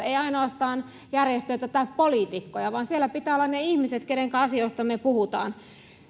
ei ainoastaan järjestöjä tai poliitikkoja vaan siellä pitää olla ne ihmiset kenenkä asioista me puhumme